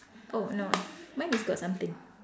oh no mine is got something